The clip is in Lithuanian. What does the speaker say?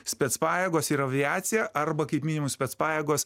spec pajėgos ir aviacija arba kaip minimum spec pajėgos